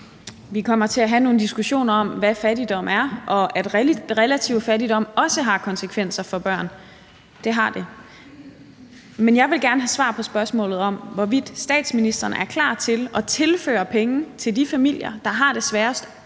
Vi kommer til at have nogle diskussioner om, hvad fattigdom er, og at relativ fattigdom også har konsekvenser for børn; det har det. Men jeg vil gerne have svar på spørgsmålet om, hvorvidt statsministeren er klar til at tilføre penge til de familier, der har det sværest